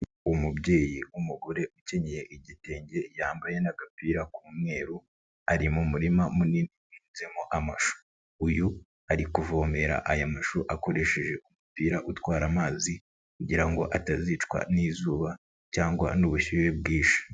Umubyeyi w'umugore ukenyeye igitenge yambaye n'agapira k'umweru ari mu murima munini uhinyuzemo amashu, uyu ari kuvomera aya mashu akoresheje umupira utwara amazi kugira ngo atazicwa n'izuba cyangwa n'ubushyuhe bwinshi.